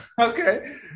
Okay